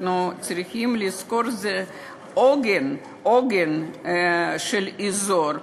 אנחנו צריכים לזכור שזה העוגן של האזור,